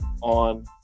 on